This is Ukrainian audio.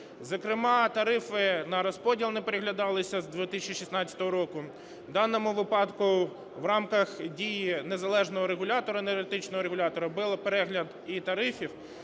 Зокрема, тарифи на розподіл не переглядалися з 2016 року. В даному випадку в рамках дій незалежного регулятора, енергетичного регулятора, був перегляд і тарифів